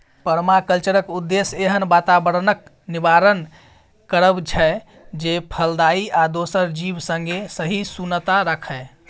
परमाकल्चरक उद्देश्य एहन बाताबरणक निर्माण करब छै जे फलदायी आ दोसर जीब संगे सहिष्णुता राखय